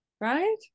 Right